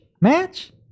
match